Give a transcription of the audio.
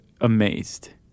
amazed